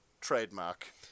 trademark